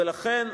ולכן,